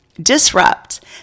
disrupt